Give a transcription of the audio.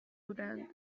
بودند